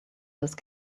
those